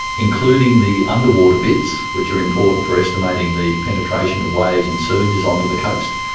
including the underwater bits, which are important for estimating the penetration of waves and surges on to the coast,